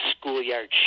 schoolyard